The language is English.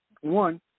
one